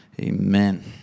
Amen